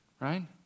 Right